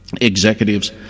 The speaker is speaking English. executives